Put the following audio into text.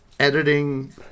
editing